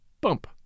Bump